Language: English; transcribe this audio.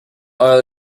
oil